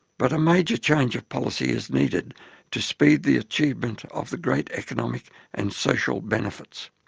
but a major change of policy is needed to speed the achievement of the great economic and social benefits.